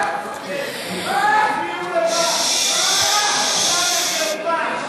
פשוט בושה וחרפה.